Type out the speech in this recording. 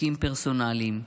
חוקים פרסונליים.